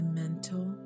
mental